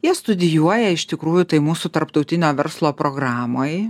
jie studijuoja iš tikrųjų tai mūsų tarptautinio verslo programoj